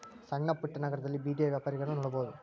ಸಣ್ಣಪುಟ್ಟ ನಗರದಲ್ಲಿ ಬೇದಿಯ ವ್ಯಾಪಾರಗಳನ್ನಾ ನೋಡಬಹುದು